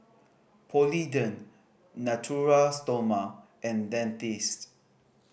Polident Natura Stoma and Dentiste